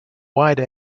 wide